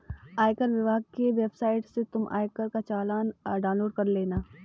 आयकर विभाग की वेबसाइट से तुम आयकर का चालान डाउनलोड कर लेना